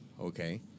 okay